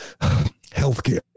healthcare